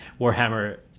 Warhammer